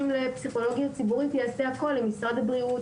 לפסיכולוגיה ציבורית יעשה הכול עם משרד הבריאות,